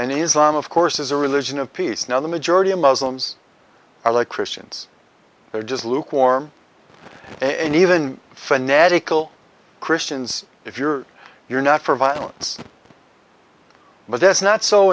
and islam of course is a religion of peace now the majority of muslims are like christians they're just lukewarm and even fanatical christians if you're you're not for violence but that's not so